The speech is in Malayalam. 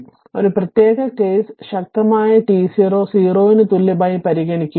അതിനാൽ ഒരു പ്രത്യേക കേസ് ശക്തമായ t0 0 ന് തുല്യമായി പരിഗണിക്കുക